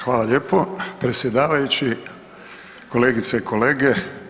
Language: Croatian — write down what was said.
Hvala lijepo predsjedavajući, kolegice i kolege.